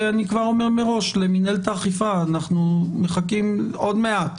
אני כבר אומר מראש למינהלת האכיפה, עוד מעט